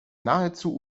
nahezu